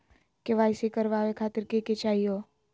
KYC करवावे खातीर कि कि चाहियो?